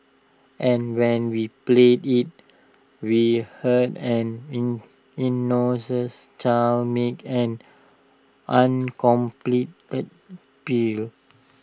and when we played IT we heard an in innocence child make an uncompleted